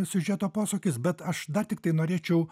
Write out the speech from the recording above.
siužeto posūkis bet aš dar tiktai norėčiau